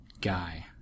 guy